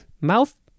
mouth